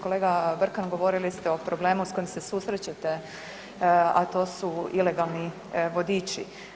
Kolega Brkan, govorili ste o problemu s kojim se susrećete a to su ilegalni vodiči.